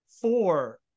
four